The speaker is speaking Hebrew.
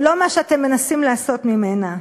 ולא מה שאתם מנסים לעשות ממנה.